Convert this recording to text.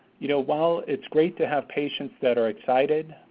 you know, while it's great to have patients that are excited,